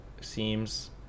seems